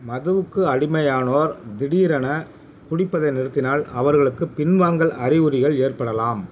மதுவுக்கு அடிமையானோர் திடீரென குடிப்பதை நிறுத்தினால் அவர்களுக்கு பின்வாங்கல் அறிகுறிகள் ஏற்படலாம்